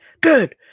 Good